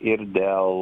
ir dėl